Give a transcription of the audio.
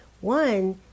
one